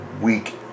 week